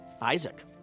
Isaac